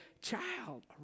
Child